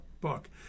book